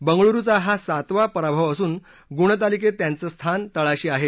बंगळुरुचा हा सातवा पराभव असून गुणतालिकेत त्यांच स्थान तळाशी आहे